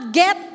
get